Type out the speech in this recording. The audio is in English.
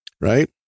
right